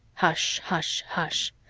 hush hush hush!